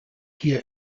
hier